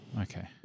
okay